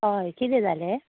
हय किदें जालें